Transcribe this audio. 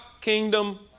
kingdom